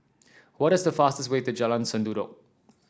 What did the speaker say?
what is the fastest way to Jalan Sendudok